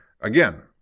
again